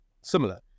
similar